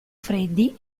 freddi